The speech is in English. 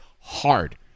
hard